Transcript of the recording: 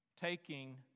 taking